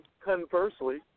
conversely